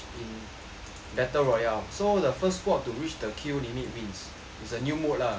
battle royale so the first squad to reach the kill limit wins it's a new mode lah